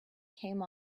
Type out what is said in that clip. came